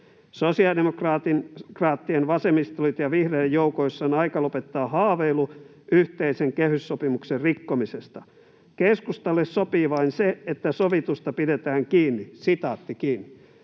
”Sosiaalidemokraattien, vasemmistoliiton ja vihreiden joukoissa on aika lopettaa haaveilu yhteisen kehyssopimuksen rikkomisesta. Keskustalle sopii vain se, että sovitusta pidetään kiinni.” Nyt käytte